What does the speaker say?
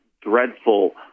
dreadful